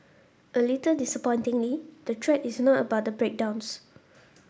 a little disappointingly the thread is not about the breakdowns